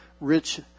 rich